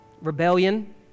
rebellion